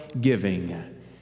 giving